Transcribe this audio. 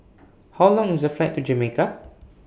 How Long IS The Flight to Jamaica